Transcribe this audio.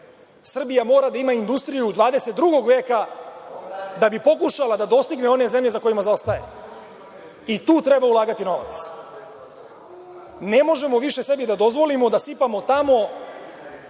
Srbija mora da ima industriju 22. veka da bi pokušala da dostigne one zemlje za kojima zaostaje i tu treba ulagati novac. Ne možemo više sebi da dozvolimo da sipamo tamo